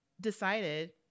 decided